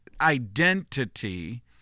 identity